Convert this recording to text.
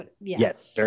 Yes